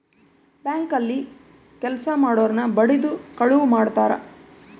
bank ಅಲ್ಲಿ ಕೆಲ್ಸ ಮಾಡೊರ್ನ ಬಡಿದು ಕಳುವ್ ಮಾಡ್ತಾರ